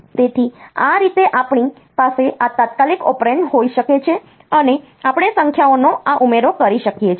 તેથી આ રીતે આપણી પાસે આ તાત્કાલિક ઓપરેન્ડ હોઈ શકે છે અને આપણે સંખ્યાઓનો આ ઉમેરો કરી શકીએ છીએ